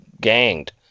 ganged